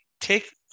take